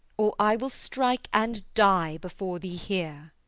or i will strike and die before thee here.